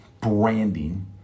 branding